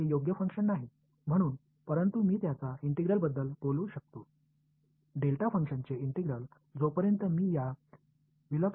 எனவே நான் இதன் ஒருங்கிணைப்பு பற்றி பேச முடியும் டெல்டா செயல்பாட்டின் ஒருங்கிணைப்பு இந்த ஒருமைப்பாட்டை நான் மறைக்கும் வரை 1